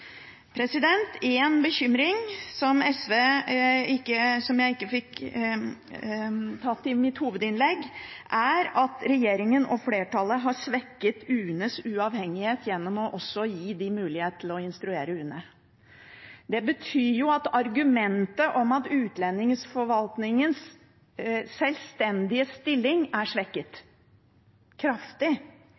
En bekymring som jeg ikke fikk nevnt i mitt hovedinnlegg, er at regjeringen og flertallet har svekket UNEs uavhengighet gjennom å gi departementet mulighet til å instruere UNE. Det betyr at argumentet om utlendingsforvaltningens selvstendige stilling er svekket – kraftig